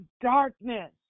darkness